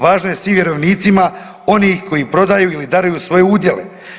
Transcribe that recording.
Važno je svim vjerovnicima, oni koji prodaju ili daruju svoje odjele.